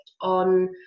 on